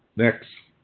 next.